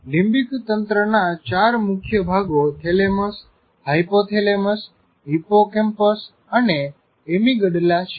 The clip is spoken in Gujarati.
લીંમ્બીક તંત્રના ચાર મુખ્ય ભાગો થેલેમસ હાયપોથેલેમસ હિપ્પોકેમ્પસ અને એમિગડલા છે